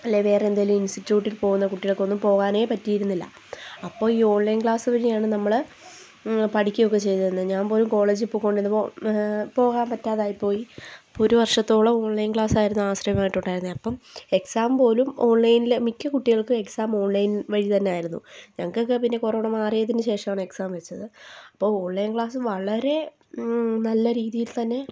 അല്ലേൽ വേറെ എന്തേലും ഇസ്റ്റിറ്റൂട്ടിൽ പോകുന്ന കുട്ടികൾക്കൊന്നും പോകാനേ പറ്റിയിരുന്നില്ല അപ്പോൾ ഈ ഓൺലൈൻ ക്ലാസ്സ് വഴിയാണ് നമ്മൾ പഠിക്കുവൊക്കെ ചെയ്തോണ്ടിരുന്നത് ഞാൻ പോലും കോളേജിൽ പോക്കോണ്ടിരുന്നപ്പോൾ പോകാൻ പറ്റാതായിപ്പോയി ഇപ്പോൾ ഒരു വർഷത്തോളം ഓൺലൈൻ ക്ലാസ്സായിരുന്നു ആശ്രയമായിട്ട് ഉണ്ടായിരുന്നത് അപ്പം എക്സാം പോലും ഓൺലൈൻൽ മിക്ക കുട്ടികൾക്കും എക്സാം ഓൺലൈൻ വഴി തന്നായിരുന്നു ഞങ്ങൾക്കക്കെ പിന്നെ കൊറോണ മാറിയതിന് ശേഷമാണ് എക്സാം വെച്ചത് അപ്പോൾ ഓൺലൈൻ ക്ലാസ് വളരെ നല്ല രീതിയിൽ തന്നെ